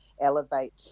elevate